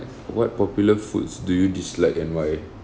what popular foods do you dislike and why